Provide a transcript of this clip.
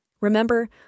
Remember